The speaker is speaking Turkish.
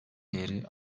değeri